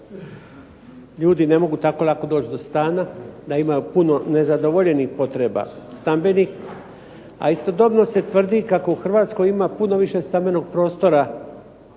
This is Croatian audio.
ljudi ne mogu tako lako doći do stana, da imaju puno nezadovoljenih potreba stambenih, a istodobno se tvrdi kako u Hrvatskoj ima puno više stambenog prostora